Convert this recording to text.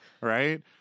Right